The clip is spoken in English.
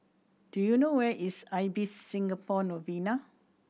do you know where is Ibis Singapore Novena